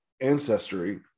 ancestry